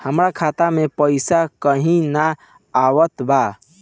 हमरा खाता में पइसा काहे ना आवत बा?